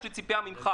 יש לי ציפייה ממך.